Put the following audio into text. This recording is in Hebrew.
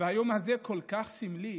היום הזה כל כך סמלי,